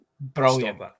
Brilliant